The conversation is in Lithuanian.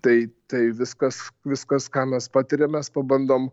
tai tai viskas viskas ką mes patiriam mes pabandom